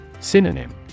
Synonym